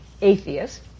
atheist